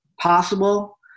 possible